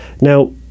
Now